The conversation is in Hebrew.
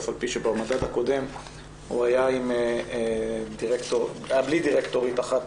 אף על פי שבמדד הקודם הוא היה בלי דירקטורית אחת